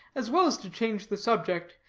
as well as to change the subject,